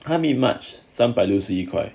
他 mid march 三百六十一块